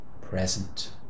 present